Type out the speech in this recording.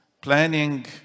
planning